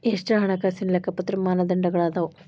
ಎಷ್ಟ ಹಣಕಾಸಿನ್ ಲೆಕ್ಕಪತ್ರ ಮಾನದಂಡಗಳದಾವು?